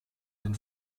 den